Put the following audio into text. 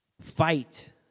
Fight